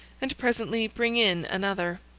and presently bring in another.